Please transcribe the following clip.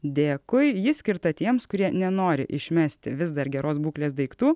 dėkui ji skirta tiems kurie nenori išmesti vis dar geros būklės daiktų